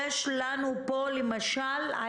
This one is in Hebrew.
למשל,